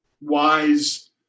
wise